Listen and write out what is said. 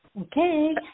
Okay